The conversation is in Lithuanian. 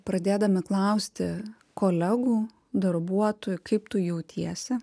pradėdami klausti kolegų darbuotojų kaip tu jautiesi